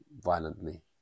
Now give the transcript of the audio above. violently